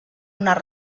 unes